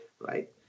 right